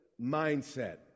mindset